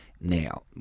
Now